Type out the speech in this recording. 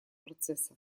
процесса